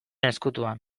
ezkutuan